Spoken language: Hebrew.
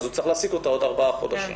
אז הוא צריך להעסיק אותה עוד ארבעה חודשים